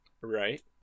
Right